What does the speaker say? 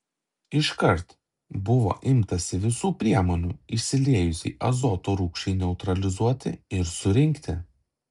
iškart buvo imtasi visų priemonių išsiliejusiai azoto rūgščiai neutralizuoti ir surinkti